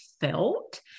felt